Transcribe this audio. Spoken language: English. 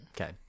Okay